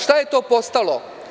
Šta je to postalo?